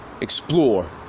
explore